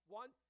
one